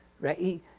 right